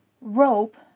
rope